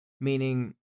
meaning